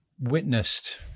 witnessed